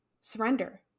surrender